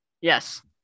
Yes